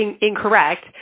incorrect